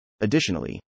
Additionally